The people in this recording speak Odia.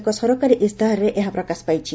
ଏକ ସରକାରୀ ଇସ୍ତାହାରରେ ଏହା ପ୍ରକାଶ ପାଇଛି